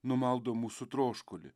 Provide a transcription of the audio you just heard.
numaldo mūsų troškulį